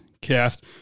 Cast